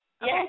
Yes